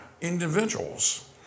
individuals